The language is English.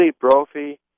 Brophy